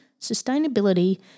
sustainability